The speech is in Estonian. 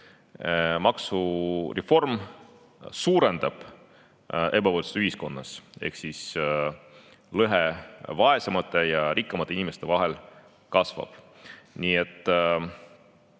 maksureform suurendab ebavõrdsust ühiskonnas. Ehk siis lõhe vaesemate ja rikkamate inimeste vahel kasvab, nii et